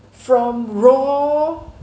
from raw